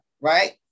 right